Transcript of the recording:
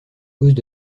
causent